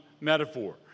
metaphor